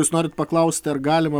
jūs norit paklausti ar galima